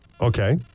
Okay